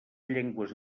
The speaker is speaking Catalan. llengües